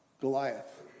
Goliath